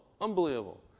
Unbelievable